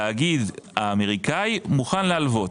התאגיד האמריקאי מוכן להלוות.